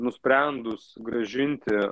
nusprendus grąžinti